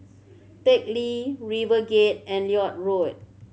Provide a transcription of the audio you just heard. Teck Lee RiverGate and Lloyd Road